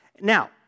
Now